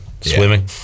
swimming